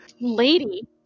Lady